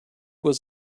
was